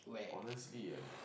honestly ah